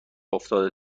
افتاده